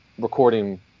recording